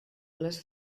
les